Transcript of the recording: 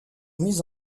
mise